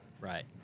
Right